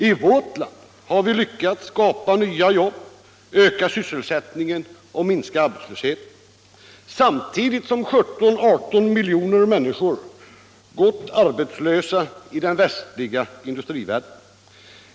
I vårt land har vi lyckats skapa nya jobb, öka sysselsättningen och minska arbetslösheten, samtidigt som 17-18 miljoner människor gått arbetslösa i den västliga industrivärlden.